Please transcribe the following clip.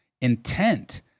Intent